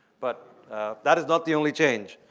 but that is not the only change.